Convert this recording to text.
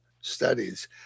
studies